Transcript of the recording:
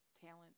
talent